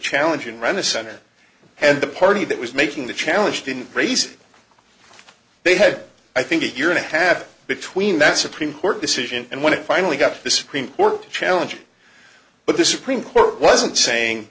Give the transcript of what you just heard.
challenge and run the senate and the party that was making the challenge didn't raise they had i think a year and a half between that supreme court decision and when it finally got to the supreme court challenge but this supreme court wasn't saying